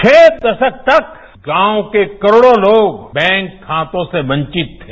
छह दशक तक गांव के करोड़ों लोग बैंक खातों से वंचित थे